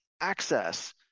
access